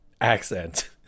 accent